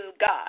God